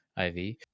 IV